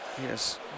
Yes